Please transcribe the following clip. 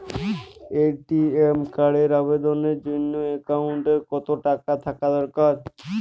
ATM কার্ডের আবেদনের জন্য অ্যাকাউন্টে কতো টাকা থাকা দরকার?